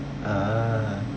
ah